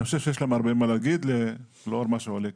אני חושב שיש להם הרבה מה להגיד לאור מה שעולה כאן.